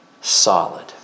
solid